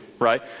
right